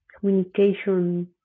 communication